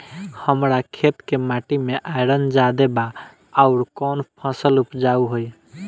हमरा खेत के माटी मे आयरन जादे बा आउर कौन फसल उपजाऊ होइ?